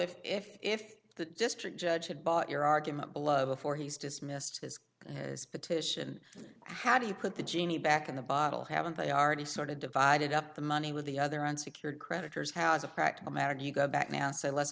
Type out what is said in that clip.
if if if the district judge had bought your argument below before he's dismissed as a petition how do you put the genie back in the bottle haven't they already sort of divided up the money with the other unsecured creditors has a practical merit you got back now so let's